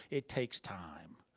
it takes time.